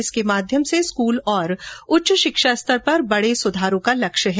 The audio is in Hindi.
इसके माध्यम से स्कूल और उच्च शिक्षा स्तर पर बड़े सुधारों का लक्ष्य है